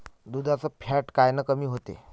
दुधाचं फॅट कायनं कमी होते?